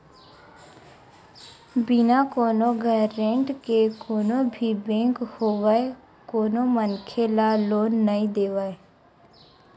बिना कोनो गारेंटर के कोनो भी बेंक होवय कोनो मनखे ल लोन नइ देवय